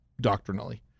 doctrinally